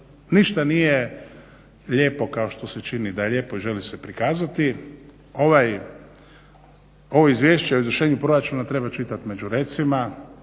ništa nije lijepo kao što se čini da je lijepo i želi se prikazati. Ovo izvješće o izvršenju proračuna treba čitati među recima